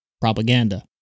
Propaganda